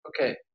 okay